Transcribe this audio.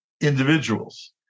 individuals